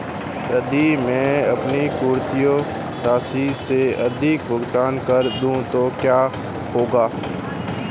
यदि मैं अपनी चुकौती राशि से अधिक भुगतान कर दूं तो क्या होगा?